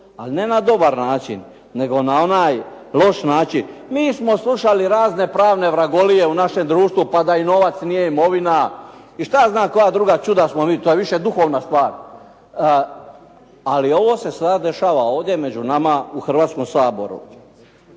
ali ne na dobar način, nego na onaj loš način. Mi smo slušali razne pravne vragolije u našem društvu, pa da i novac nije imovina i šta ja znam koja druga čuda su oni, to je više duhovna stvar, ali ovo se sad dešava ovdje među nama u Hrvatskom saboru.